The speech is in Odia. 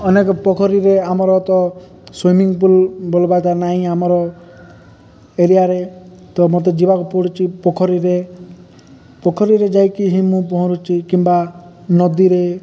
ଅନେକ ପୋଖରୀରେ ଆମର ତ ସୁଇମିଂ ପୁଲ ବୋଲବାଟା ନାହିଁ ଆମର ଏରିଆରେ ତ ମୋତେ ଯିବାକୁ ପଡ଼ୁଛି ପୋଖରୀରେ ପୋଖରୀରେ ଯାଇକି ହିଁ ମୁଁ ପହଁରୁଛି କିମ୍ବା ନଦୀରେ